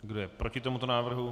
Kdo je proti tomuto návrhu?